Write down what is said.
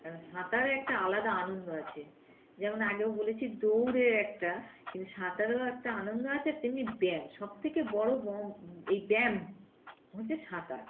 কেন সাঁতারে একটা আলাদা আনন্দ আছে যেমন আগেও বলেছি দৌড়ের একটা কিন্তু সাঁতারেও একটা আনন্দ আছে তেমনি ব্যায়াম সবথেকে বড় এই ব্যায়াম হচ্ছে সাঁতার